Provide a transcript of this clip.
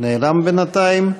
נעלם בינתיים.